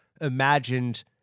imagined